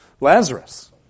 Lazarus